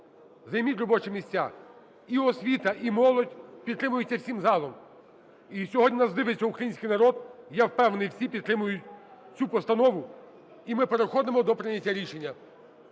займіть робочі місця. І освіта, і молодь підтримується всім залом. І сьогодні нас дивиться український народ, я впевнений, всі підтримують цю постанову, і ми переходимо до прийняття рішення.